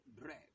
bread